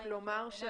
כלומר,